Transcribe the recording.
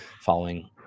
following